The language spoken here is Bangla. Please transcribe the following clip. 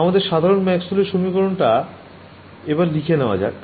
আমাদের সাধারণ ম্যাক্সওয়েলের সমীকরণ টা এবার লিখে নেওয়া যাক